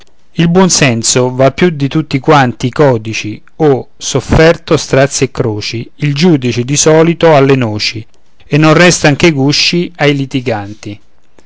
il buon senso val più di tutti quanti i codici o sofferto strazi e croci il giudice di solito ha le noci e non restan che i gusci ai litiganti